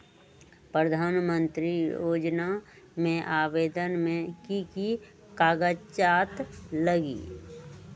प्रधानमंत्री योजना में आवेदन मे की की कागज़ात लगी?